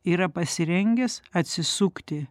yra pasirengęs atsisukti